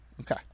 Okay